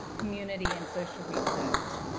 community, and social research.